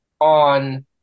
on